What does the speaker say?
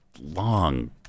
long